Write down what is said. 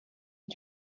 you